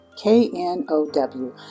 k-n-o-w